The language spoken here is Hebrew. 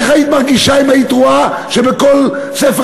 איך היית מרגישה אם היית רואה שבכל ספר